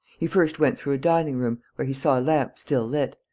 he first went through a dining-room, where he saw a lamp still lit,